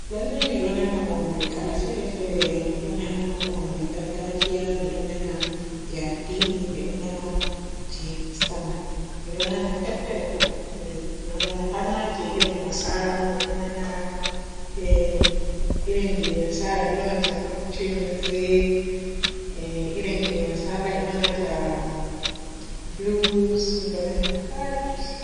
Lallai mi ɗo nana wumre kala fere fere. Miɗo nana wumre gargajiya, miɗo nana je addini, miɗo nana je saman. Miɗo nana ferfere kam, miɗo nana har ma je irin nasara miɗo nana emm irin je nasara yoonata contiry muzik emm irin je nasara yoonata blues, miɗo nana pat.